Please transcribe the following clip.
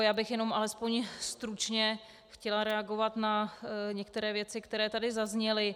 Já bych alespoň jenom stručně chtěla reagovat na některé věci, které tady zazněly.